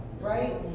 right